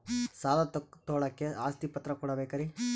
ಸಾಲ ತೋಳಕ್ಕೆ ಆಸ್ತಿ ಪತ್ರ ಕೊಡಬೇಕರಿ?